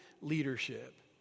leadership